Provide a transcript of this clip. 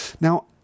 Now